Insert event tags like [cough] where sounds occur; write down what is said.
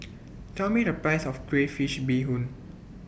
[noise] Tell Me The Price of Crayfish Beehoon